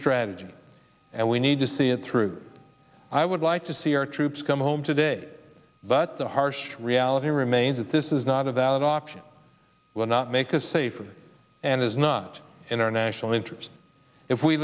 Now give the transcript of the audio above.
strategy and we need to see it through i would like to see our troops come home today but the harsh reality remains that this is not a valid option will not make us safer and is not in our national interest if we